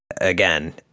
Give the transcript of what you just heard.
again